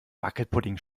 wackelpudding